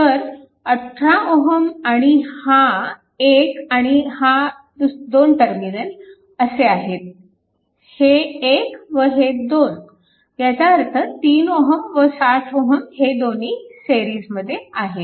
तर 18 Ω आणि हा 1 आणि हा 2 टर्मिनल असे आहेत हे 1 व हे 2 ह्याचा अर्थ 3 Ω व 60 Ω हे दोन्ही सिरीजमध्ये आहेत